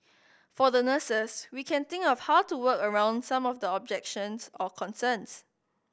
for the nurses we can think of how to work around some of the objections or concerns